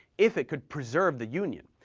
if it could preserve the union.